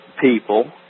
people